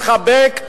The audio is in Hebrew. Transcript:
התחבק,